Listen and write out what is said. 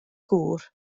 gŵr